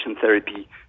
therapy